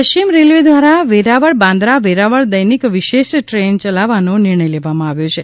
પશ્ચિમ રેલવે દ્વારા વેરાવળ બાન્દ્રા વેરાવળ દૈનિક વિશેષ ટ્રેન ચલાવવાનો નિર્ણય લેવામાં આવ્યો છે